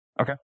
Okay